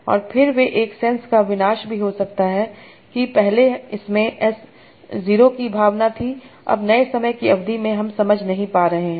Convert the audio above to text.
और फिर वे एक सेंस का विनाश भी हो सकता है कि पहले इसमें S0 की भावना थी अब नए समय की अवधि में हम समझ नहीं पा रहे हैं